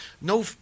No